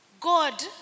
God